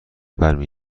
برمی